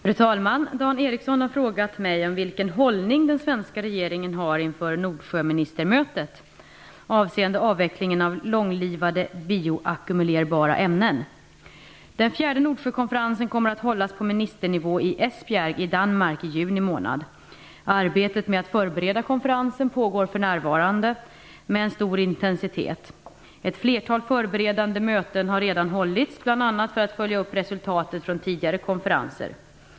Fru talman! Dan Ericsson har frågat mig vilken hållning den svenska regeringen har inför Nordsjöministermötet avseende avvecklingen av långlivade bioackumulerbara ämnen. Den fjärde Nordsjökonferensen kommer att hållas på ministernivå i Esbjerg i Danmark i juni månad. Arbetet med att förbereda konferensen pågår för närvarande med stor intensitet. Ett flertal förberedande möten har redan hållits bl.a. för att följa upp resultatet från tidigare konferenser.